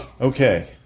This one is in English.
Okay